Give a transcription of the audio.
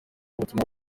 ubutumwa